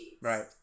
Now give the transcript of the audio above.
Right